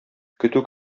көтү